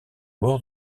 bord